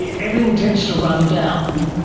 yeah everything tends to run down,